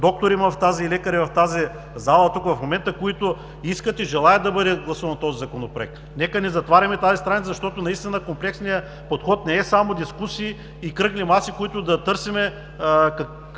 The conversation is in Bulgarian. лекари. В тази зала има достатъчно лекари в момента, които искат и желаят да бъде гласуван този Законопроект. Нека не затваряме тази страница, защото наистина комплексният подход не е само дискусии и кръгли маси, с които да търсим